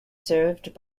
served